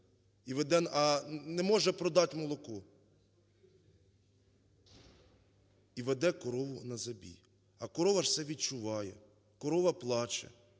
і веде корову на забій. А корова ж це відчуває, корова плаче,